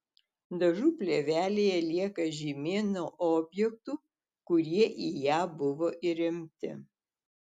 dažų plėvelėje lieka žymė nuo objektų kurie į ją buvo įremti